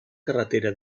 carretera